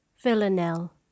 Villanelle